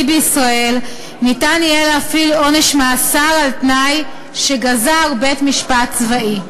בישראל ניתן יהיה להפעיל עונש מאסר על-תנאי שגזר בית-משפט צבאי.